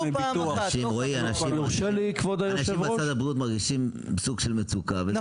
אנשים מצד הבריאות מרגישים סוג של מצוקה,